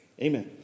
amen